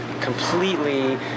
completely